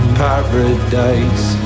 paradise